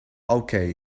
okay